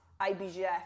IBGF